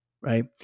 right